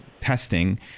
testing